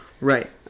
Right